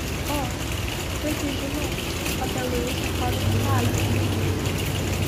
o puikiai žinau apie luiso komiko talentą